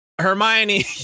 hermione